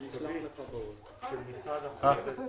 בבקשה.